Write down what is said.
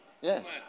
Yes